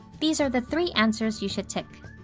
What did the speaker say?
these are the three answers you should tick.